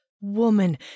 Woman